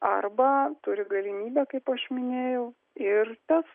arba turi galimybę kaip aš minėjau ir tas